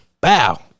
Bow